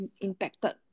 impacted